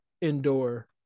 indoor